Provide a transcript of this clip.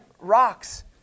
rocks